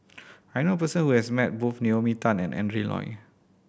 I knew a person who has met both Naomi Tan and Adrin Loi